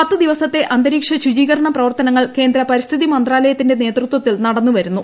പത്ത് ദിവസത്തെ അന്തരീക്ഷ ശുചീകരണ പ്രവർത്തനങ്ങൾ കേന്ദ്ര പരിസ്ഥിതി മന്ത്രാലയത്തിന്റെ നേതൃത്വത്തിൽ നടന്നു വരുന്നു